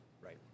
Right